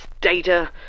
data